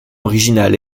originale